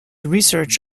research